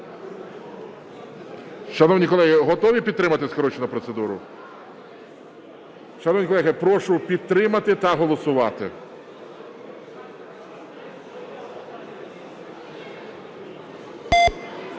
Шановні колеги, готові підтримати скорочену процедуру? Шановні колеги, прошу підтримати та голосувати.